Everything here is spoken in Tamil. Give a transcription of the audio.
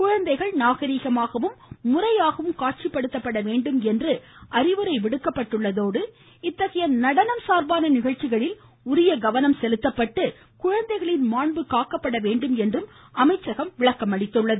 குழந்தைகள் நாகரீகமாகவும் முறையாகவும் காட்சிப்படுத்தப்பட வேண்டும் என்று அறிவுரை விடுக்கப்பட்டுள்ளதோடு இத்தகைய நடனம் சார்பான நிகழ்ச்சிகளில் உரிய கவனம் செலுத்தப்பட்டு அவர்களின் மாண்பு காக்கப்பட வேண்டும் என்றும் அமைச்சகம் எடுத்துரைத்துள்ளது